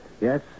Yes